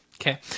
Okay